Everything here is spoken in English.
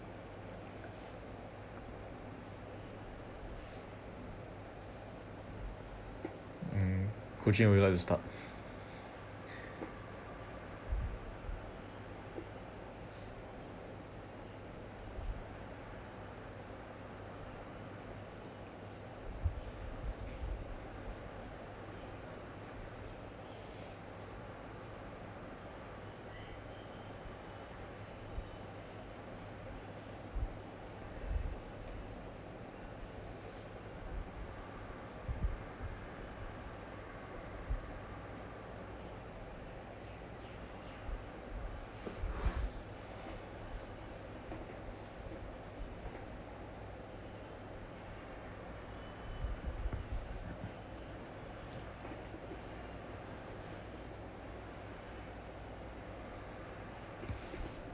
mm ko ching would you like to start